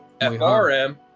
FRM